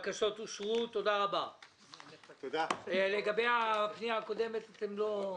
הצבעה בעד רוב נגד